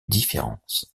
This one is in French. différence